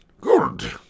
Good